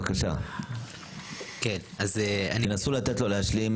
בבקשה נסו לתת לו להשלים,